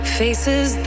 faces